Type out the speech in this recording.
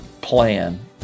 plan